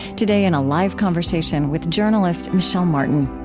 today in a live conversation with journalist michel martin.